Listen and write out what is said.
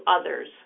others